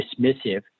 dismissive